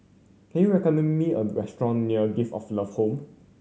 can you recommend me a restaurant near Gift of Love Home